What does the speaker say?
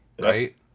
Right